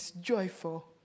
joyful